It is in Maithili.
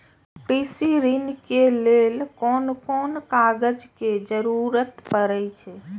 कृषि ऋण के लेल कोन कोन कागज के जरुरत परे छै?